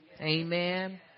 Amen